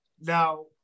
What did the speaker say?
now